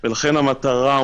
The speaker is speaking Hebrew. לכן המטרה,